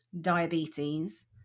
diabetes